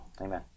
Amen